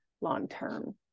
long-term